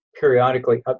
periodically